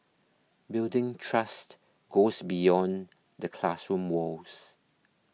building trust goes beyond the classroom walls